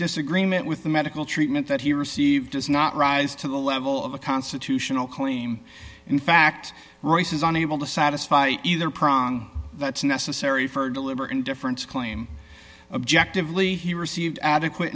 disagreement with the medical treatment that he received does not rise to the level of a constitutional claim in fact royce's on able to satisfy either prong that's necessary for deliberate indifference to claim objectively he received adequate